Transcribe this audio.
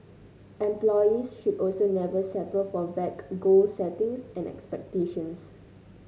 employees should also never settle for vague goal settings and expectations